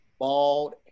Bald